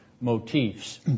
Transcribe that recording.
motifs